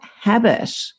habit